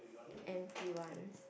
empty ones